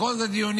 הכול זה דיונים.